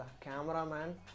cameraman